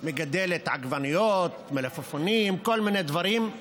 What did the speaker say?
מגדלת עגבניות, מלפפונים, כל מיני דברים.